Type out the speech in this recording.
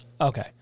Okay